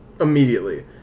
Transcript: immediately